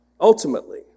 ultimately